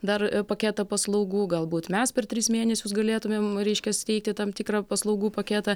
dar paketą paslaugų galbūt mes per tris mėnesius galėtumėm reiškias teikti tam tikrą paslaugų paketą